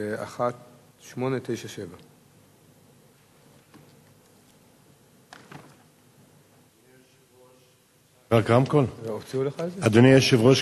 שאילתא 1897. אדוני היושב-ראש,